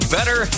Better